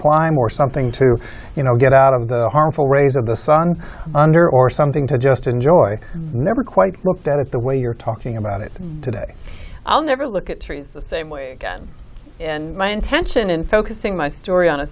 climb or something to you know get out of the harmful rays of the sun under or something to just enjoy never quite looked at it the way you're talking about it today i'll never look at trees the same way and my intention in focusing my story on a